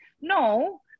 No